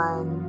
One